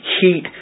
heat